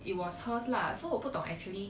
it was hers lah so 我不懂 actually